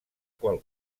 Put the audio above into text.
qual